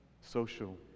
Social